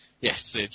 yes